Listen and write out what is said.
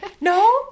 No